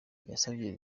yasabye